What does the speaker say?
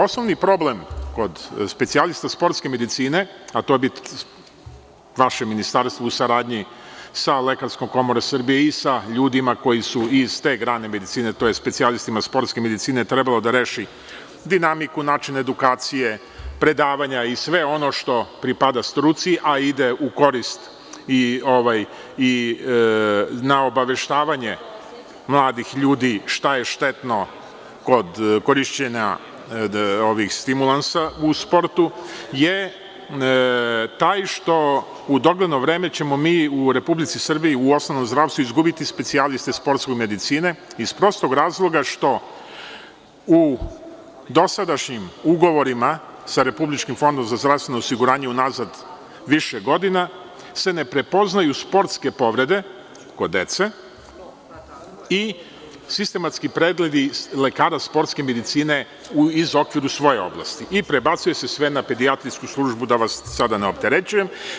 Osnovni problem kod specijalista sportske medicine, a to bi vaše ministarstvo u saradnji sa Lekarskom komorom Srbije i sa ljudima koji iz te grane medicine tj. specijalistima sportske medicine trebalo da reši dinamiku, način edukacije, predavanja i sve ono što pripada struci, a ide u korist i na obaveštavanje mladih ljudi šta je štetno kod korišćenja ovih stimulansa u sportu, je taj što u dogledno vreme ćemo mi u Republici Srbiji u osnovnom zdravstvu, izgubiti specijaliste sportske medicine iz prostog razloga što u dosadašnjim ugovorima sa Republičkim fondom za zdravstveno osiguranje, unazad više godina se ne prepoznaju sportske povrede kod dece i sistematski pregledi lekara sportske medicine iz okvira svoje oblasti, i prebacuje se sve na pedijatrijsku službu da vas sada ne opterećujem.